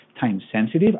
time-sensitive